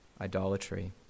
idolatry